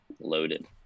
loaded